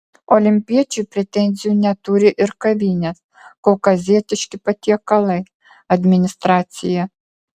olimpiečiui pretenzijų neturi ir kavinės kaukazietiški patiekalai administracija